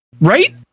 Right